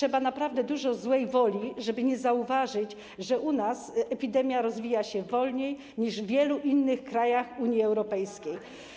I naprawdę trzeba dużo złej woli, żeby nie zauważyć, że u nas epidemia rozwija się wolniej niż w wielu innych krajach Unii Europejskiej.